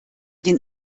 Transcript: den